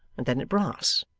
and then at brass,